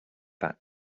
that